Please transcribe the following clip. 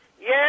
Yes